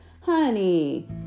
Honey